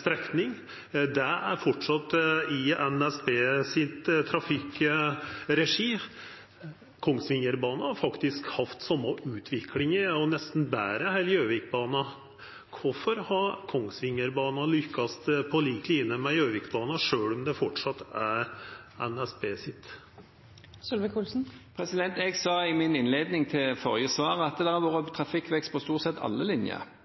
strekning. Ho er framleis i NSBs trafikkregi. Kongsvingerbanen har faktisk hatt den same utviklinga – og nesten betre – som Gjøvikbanen. Kvifor har Kongsvingerbanen lukkast på lik linje med Gjøvikbanen, sjølv om han framleis er NSBs? Jeg sa i min innledning til forrige svar at det har vært trafikkvekst på stort sett alle linjer